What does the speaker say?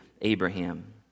Abraham